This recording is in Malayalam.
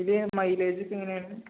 ഇതിന് മൈലേജൊക്കെ എങ്ങനെയാണ്